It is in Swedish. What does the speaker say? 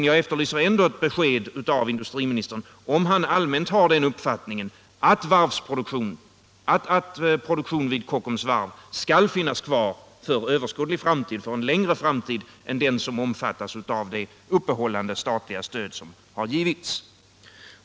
Jag efterlyser därför trots allt ett besked av industriministern, om han rent allmänt har den uppfattningen att produktion vid Kockums varv skall finnas kvar för en överskådlig och längre framtid än den som omfattas av det uppehållande statliga stöd som givits.